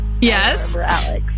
Yes